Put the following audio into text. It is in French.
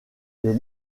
les